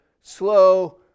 slow